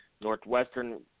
Northwestern